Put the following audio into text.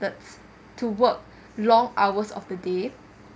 methods to work long hours of the day